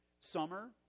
Summer